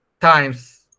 times